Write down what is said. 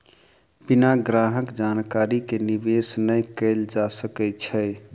बिना ग्राहक जानकारी के निवेश नै कयल जा सकै छै